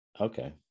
okay